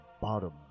bottom